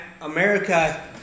America